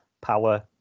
power